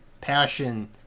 passion